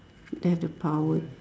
they have the power